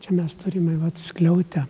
čia mes turime vat skliautą